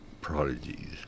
prodigies